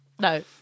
no